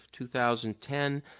2010